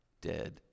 dead